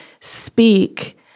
speak